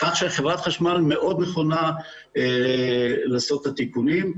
כך שחברת החשמל מאוד נכונה לעשות את התיקונים.